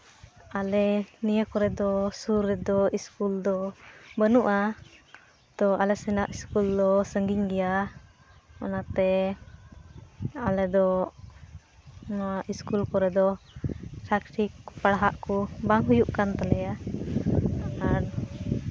ᱟᱞᱮ ᱱᱤᱭᱟᱹ ᱠᱚᱨᱮ ᱫᱚ ᱥᱩᱨ ᱨᱮᱫᱚ ᱥᱠᱩᱞ ᱫᱚ ᱵᱟᱹᱱᱩᱜᱼᱟ ᱛᱚ ᱟᱞᱮ ᱥᱮᱱᱟᱜ ᱥᱠᱩᱞ ᱫᱚ ᱥᱟᱺᱜᱤᱧ ᱜᱮᱭᱟ ᱚᱱᱟᱛᱮ ᱟᱞᱮ ᱫᱚ ᱱᱚᱣᱟ ᱥᱠᱩᱞ ᱠᱚᱨᱮ ᱫᱚ ᱴᱷᱟᱠ ᱴᱷᱤᱠ ᱯᱟᱲᱦᱟᱜ ᱠᱚ ᱵᱟᱝ ᱦᱩᱭᱩᱜ ᱠᱟᱱ ᱛᱟᱞᱮᱭᱟ ᱟᱨ